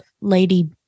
lady